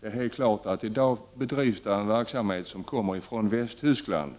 Det är helt klart att det i dag bedrivs en verksamhet från Västtyskland.